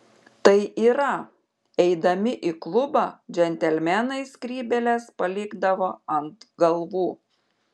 tai yra eidami į klubą džentelmenai skrybėles palikdavo ant galvų